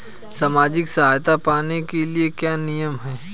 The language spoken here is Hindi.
सामाजिक सहायता पाने के लिए क्या नियम हैं?